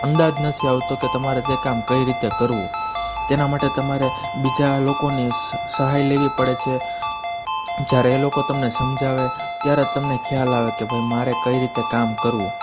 અંદાજ નથી આવતો કે તમારે તે કામ કઈ રીતે કરવું તેનાં માટે તમારે બીજા લોકોની સહાય લેવી પડે છે જ્યારે એ લોકો તમને સમજાવે ત્યારે તમને ખ્યાલ આવે કે ભાઈ મારે કઈ રીતે કામ કરવું